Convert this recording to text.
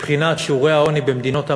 מבחינת שיעורי העוני במדינות המערב,